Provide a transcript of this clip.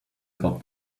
got